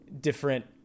different